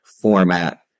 format